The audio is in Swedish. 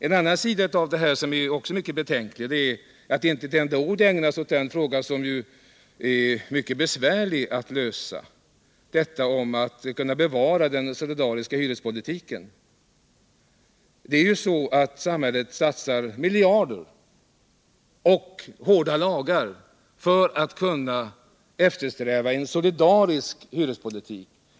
En annan sida i det här förslaget som också är mycket betänklig är att inte ett enda ord ägnas åt en fråga som är mycket besvärlig att lösa, nämligen hur man skall kunna bevara den solidariska hyrespolitiken. Samhället satsar miljarder och stiftar hårda lagar för att kunna eftersträva en solidarisk hyrespolitik.